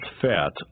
fat